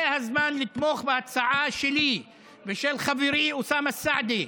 זה הזמן לתמוך בהצעה שלי ושל חברי אוסאמה סעדי,